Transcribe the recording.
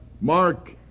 Mark